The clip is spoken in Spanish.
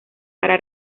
para